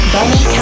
Benny